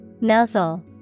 Nuzzle